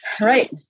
Right